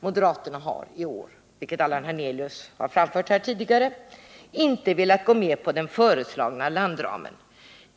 Moderaterna har i år, vilket Allan Hernelius har framfört här tidigare, inte velat gå med på den föreslagna landramen.